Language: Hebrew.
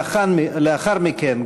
לאחר מכן,